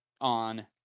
on